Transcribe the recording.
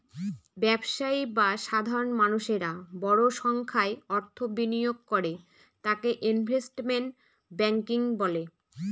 ব্যবসায়ী বা সাধারণ মানুষেরা বড় সংখ্যায় অর্থ বিনিয়োগ করে তাকে ইনভেস্টমেন্ট ব্যাঙ্কিং বলে